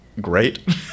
great